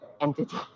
entity